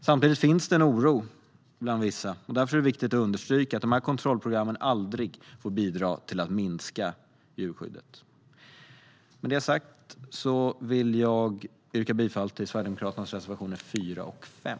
Samtidigt finns det en oro bland vissa, och det är därför viktigt att understryka att de här kontrollprogrammen aldrig får bidra till att minska djurskyddet. Med det sagt vill jag yrka bifall till Sverigedemokraternas reservationer 4 och 5.